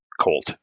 Colt